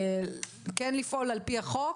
כן לפעול על פי החוק.